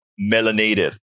melanated